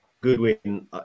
Goodwin